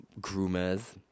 Groomers